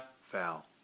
foul